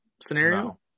scenario